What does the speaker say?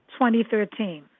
2013